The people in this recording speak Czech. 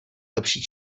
lepší